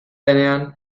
denean